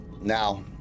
now